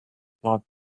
plot